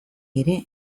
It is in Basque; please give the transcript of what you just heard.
ere